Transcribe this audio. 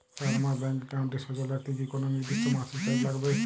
Sir আমার bank একাউন্টটি সচল রাখতে কি কোনো নির্দিষ্ট মাসিক চার্জ লাগবে?